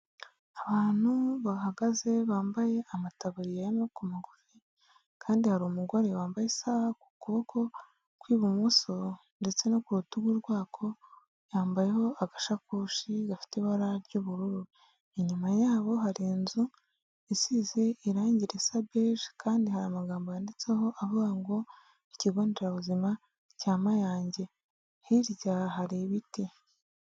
Abantu bahagaze bambaye amataburiya y'amaboko magufi, kandi hari umugore wambaye isaha ku kuboko kw'ibumoso, ndetse no ku rutugu rwako yambayeho agasakoshi gafite ibara ry'ubururu. Inyuma yabo hari inzu isize irangi risa beje, kandi hari amagambo yanditseho avuga ngo ikigo nderabuzima cya Mayange, hirya hari ibiti.